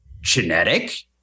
genetic